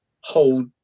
hold